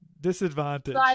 Disadvantage